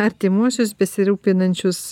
artimuosius besirūpinančius